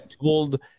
told